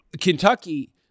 Kentucky –